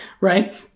Right